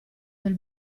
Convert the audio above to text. del